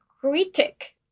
critic